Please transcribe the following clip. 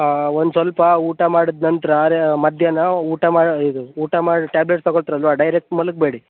ಹಾಂ ಒಂದು ಸ್ವಲ್ಪ ಊಟ ಮಾಡಿದ ನಂತರ ರೆ ಮಧ್ಯಾಹ್ನ ಊಟ ಮಾಡಿ ಇದು ಊಟ ಮಾಡಿ ಟ್ಯಾಬ್ಲೆಟ್ಸ್ ತಗೊತಿರಲ್ವಾ ಡೈರೆಕ್ಟ್ ಮಲ್ಗಬೇಡಿ